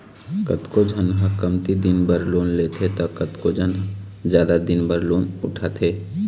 कतको झन ह कमती दिन बर लोन लेथे त कतको झन जादा दिन बर लोन उठाथे